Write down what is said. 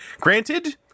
granted